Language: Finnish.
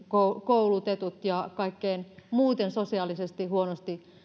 koulutetut ja muuten sosiaalisesti huonosti